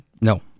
No